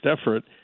effort